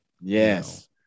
Yes